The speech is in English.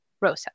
Rosa